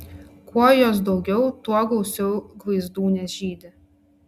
kuo jos daugiau tuo gausiau gvaizdūnės žydi